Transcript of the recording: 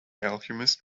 alchemist